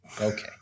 Okay